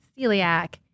celiac